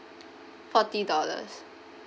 forty dollars